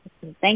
Thank